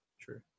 True